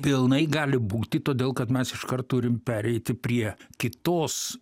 pilnai gali būti todėl kad mes iškart turim pereiti prie kitos